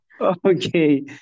Okay